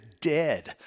dead